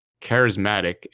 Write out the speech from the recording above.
charismatic